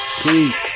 Peace